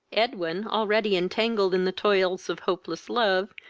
edwin, already entangled in the toils of hopeless love,